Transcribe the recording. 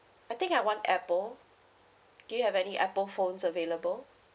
I think I want apple do you have any apple phones available